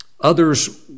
others